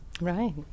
Right